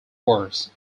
words